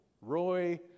Roy